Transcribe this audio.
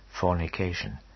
fornication